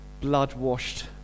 blood-washed